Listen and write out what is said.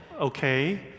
okay